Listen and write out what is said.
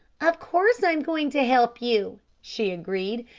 of course i'm going to help you, she agreed.